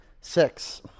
six